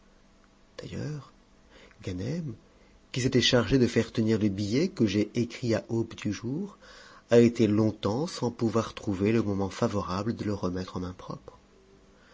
d'ailleurs ganem qui s'était chargé de faire tenir le billet que j'ai écrità aube du jour a été longtemps sans pouvoir trouver le moment favorable de le remeure en main propre